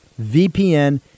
VPN